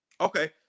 Okay